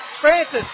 Francis